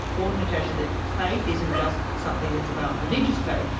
but natasha, that faith isn't just something that's about religious faith.